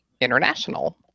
international